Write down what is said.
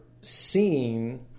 seeing